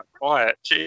quiet